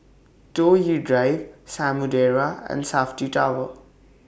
Toh Yi Drive Samudera and Safti Tower